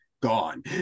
gone